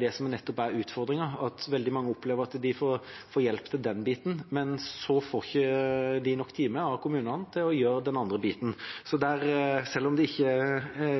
det som nettopp er utfordringen – at veldig mange opplever at de få hjelp til den biten, men så får de ikke nok timer av kommunene til å gjøre den andre biten. Selv om det